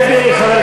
אביא לך, מה עם שכם?